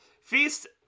Feast